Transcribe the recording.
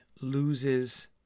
loses